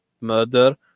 murder